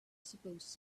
supposed